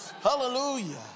Hallelujah